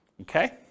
okay